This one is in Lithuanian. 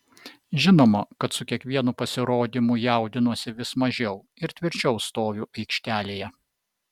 žinoma kad su kiekvienu pasirodymu jaudinuosi vis mažiau ir tvirčiau stoviu aikštelėje